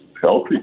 healthy